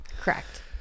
Correct